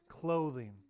clothing